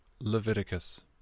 Leviticus